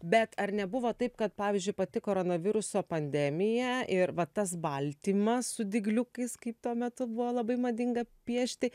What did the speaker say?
bet ar nebuvo taip kad pavyzdžiui pati koronaviruso pandemija ir va tas baltymas su dygliukais kaip tuo metu buvo labai madinga piešti